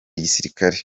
gisirikare